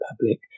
public